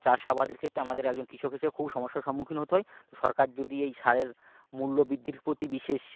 চাষ আবাদের ক্ষেত্রে আমাদের একজন কৃষক হিসাবে খুব সমস্যার সম্মুখীন হতে হয় তো সরকার যদি এই সারের মূল্য বৃদ্ধির প্রতি বিশেষ